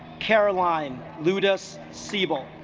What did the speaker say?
caroline ludis siebel